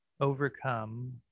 overcome